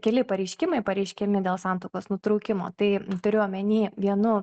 keli pareiškimai pareiškiami dėl santuokos nutraukimo tai turiu omeny vienu